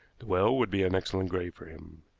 the well would be an excellent grave for him.